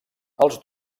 els